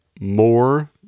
more